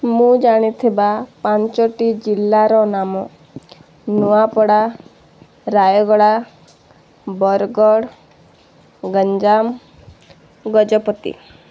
ମୁଁ ଜାଣିଥିବା ପାଞ୍ଚୋଟି ଜିଲ୍ଲାର ନାମ ନୂଆପଡ଼ା ରାୟଗଡ଼ା ବରଗଡ଼ ଗଞ୍ଜାମ ଗଜପତି